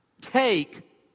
Take